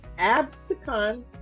Abstacon